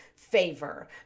favor